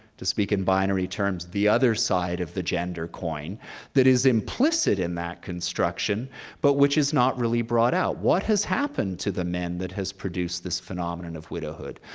to speak in binary terms, the other side of the gender coin that is implicit in that construction but which is not really brought out. what has happened to the men that has produced this phenomenon of widowhood?